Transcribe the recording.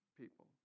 people